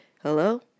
Hello